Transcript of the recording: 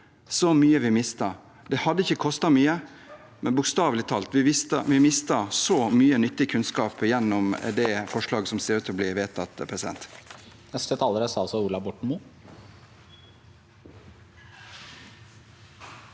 så mye vi mister! Det hadde ikke kostet mye, men bokstavelig talt mister vi så mye nyttig kunnskap gjennom det forslaget som ser ut til å bli vedtatt.